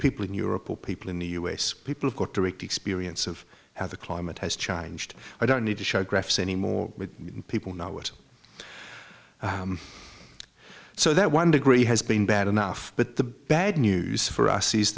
people in europe or people in the us people who got direct experience of how the climate has changed i don't need to show graphs anymore with people know what so that one degree has been bad enough but the bad news for us is